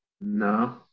No